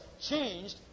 changed